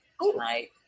tonight